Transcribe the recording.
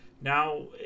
Now